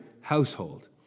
household